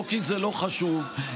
לא כי זה לא חשוב אלא,